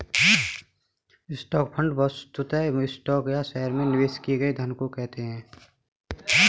stock fund वस्तुतः stock या शहर में निवेश किए गए धन को कहते हैं